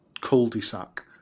cul-de-sac